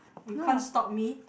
you can't stop me